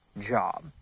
job